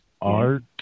art